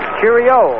Cheerio